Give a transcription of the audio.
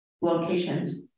locations